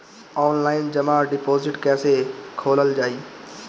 Online जमा deposit कैसे खोलल जाइ?